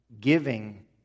giving